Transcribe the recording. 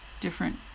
different